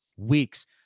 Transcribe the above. weeks